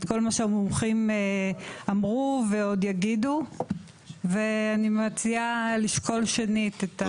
את כל מה שהמומחים אמרו ועוד יגידו ואני מציעה לשקול שנית את הסיפור.